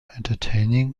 entertaining